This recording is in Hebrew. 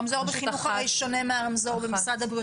הרמזור בחינוך הרי שונה מהרמזור במשרד הבריאות,